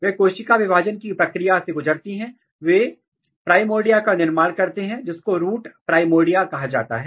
वह कोशिका विभाजन की प्रक्रिया से गुजरती हैं और वे प्राइमर्डिया का निर्माण करते हैं जिसको रूट प्राइमर्डिया कहा जाता है